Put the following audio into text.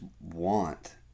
want